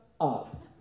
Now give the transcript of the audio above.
up